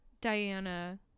Diana